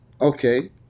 Okay